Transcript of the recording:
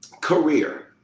career